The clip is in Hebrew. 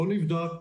לא נבדק,